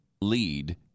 lead